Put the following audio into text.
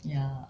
ya